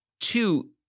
Two